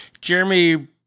Jeremy